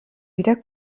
wieder